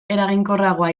eraginkorragoa